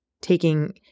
taking